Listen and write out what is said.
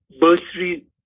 bursary